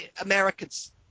Americans